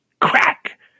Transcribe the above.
crack